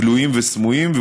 גלויים וסמויים,